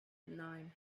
nein